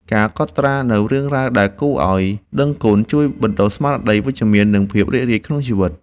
ការកត់ត្រានូវរឿងរ៉ាវដែលគួរឱ្យដឹងគុណ ជួយបណ្ដុះស្មារតីវិជ្ជមាន និងភាពរីករាយក្នុងជីវិត។